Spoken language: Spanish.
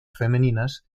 femeninas